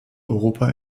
europa